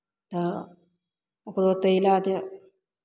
तऽ ओकरो तऽ इलाज